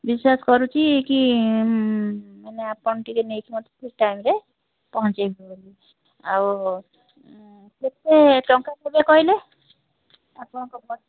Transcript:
ବିଶ୍ୱାସ କରୁଛି କି ମାନେ ଆପଣ ଟିକେ ନେଇକି ମୋତେ ଠିକ୍ ଟାଇମ୍ରେ ପହଞ୍ଚାଇବେ ବୋଲି ଆଉ କେତେ ଟଙ୍କା ପଡ଼ିବ କହିଲେ ଆପଣଙ୍କ